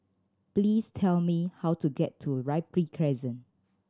please tell me how to get to Ripley Crescent